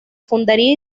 fundaría